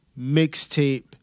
mixtape